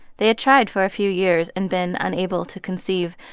they had tried for a few years and been unable to conceive.